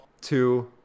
two